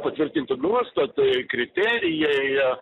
patvirtinti nuostatai ir kriterijai